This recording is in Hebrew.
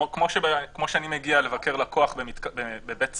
כמו שאני מגיע לבקר לקוח בבית סוהר,